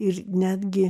ir netgi